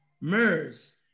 MERS